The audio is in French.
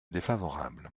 défavorable